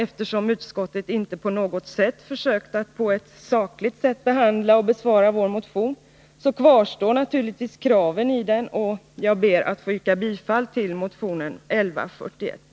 Eftersom utskottet inte på något sätt försökt att på ett sakligt sätt behandla och besvara vår motion, kvarstår naturligtvis kraven i den, och jag ber att få yrka bifall till motionen 1141.